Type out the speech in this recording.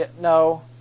No